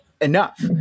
enough